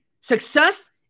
success